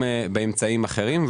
באמצעים אחרים,